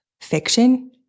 fiction